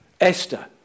Esther